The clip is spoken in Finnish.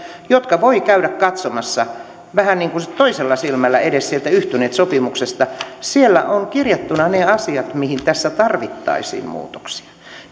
jotka voi käydä katsomassa edes vähän niin kuin toisella silmällä sieltä yhtyneet sopimuksesta siellä on kirjattuna ne asiat mihin tässä tarvittaisiin muutoksia